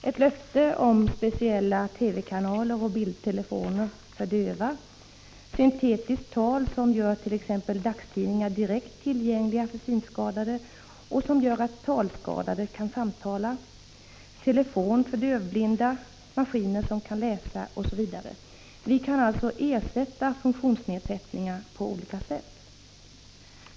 Ett löfte om speciella TV-kanaler och bildtelefoner för döva, syntetiskt tal, som gör t.ex. dagstidningar direkt tillgängliga för synskadade och som gör att talskadade kan samtala. Ett löfte om telefon för dövblinda, maskiner som kan läsa osv. Vi kan alltså avhjälpa funktionsnedsättningar på olika sätt.